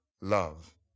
love